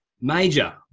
major